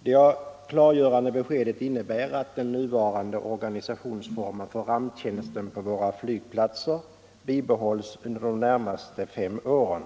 Det klargörande beskedet innebär att den nuvarande organisationsformen för ramptjänsten på våra flygplatser bibehålls under de närmaste fem åren.